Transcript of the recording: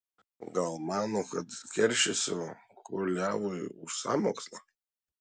gal mano kad keršysiu kuliavui už sąmokslą